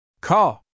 Call